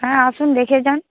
হ্যাঁ আসুন দেখে যান